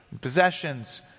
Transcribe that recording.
possessions